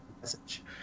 message